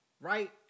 Right